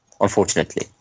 unfortunately